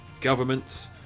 governments